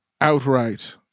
outright